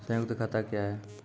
संयुक्त खाता क्या हैं?